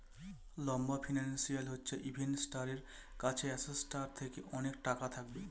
লম্বা ফিন্যান্স হচ্ছে ইনভেস্টারের কাছে অ্যাসেটটার থেকে অনেক টাকা থাকবে